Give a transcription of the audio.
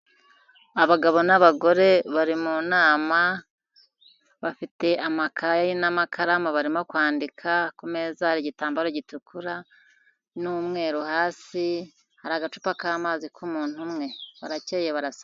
Abagabo n'abagore bari mu nama bafite amakaye n'amakaramu barimo kwandika, ku meza hari igitambaro gitukura n'umweru hasi. Hari agacupa k'amazi k'umuntu umwe barakeye barasa neza.